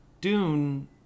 Dune